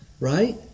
right